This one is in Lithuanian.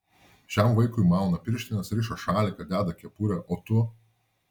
šiam vaikui mauna pirštines riša šaliką deda kepurę o tu